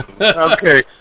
Okay